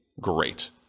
great